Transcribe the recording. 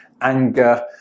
anger